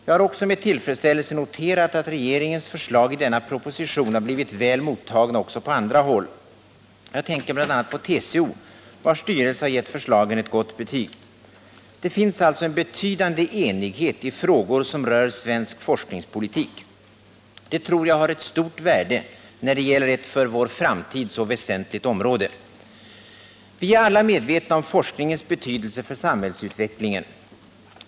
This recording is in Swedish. Jag har också med tillfredsställelse noterat att regeringens förslag i denna proposition blivit väl mottagna också på andra håll. Jag tänker bl.a. på TCO, vars styrelse givit förslagen ett gott betyg. Det finns alltså en betydande enighet i frågor som rör svensk forskningspolitik — det tror jag har ett stort värde när det gäller ett för vår framtid så väsentligt område. Vi är alla medvetna om forskningens betydelse för samhällsutvecklingen.